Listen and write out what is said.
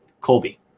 Colby